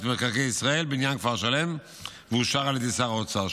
מקרקעי ישראל בעניין כפר שלם ואושר על ידי שר האוצר.